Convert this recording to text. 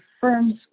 firms